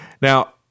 Now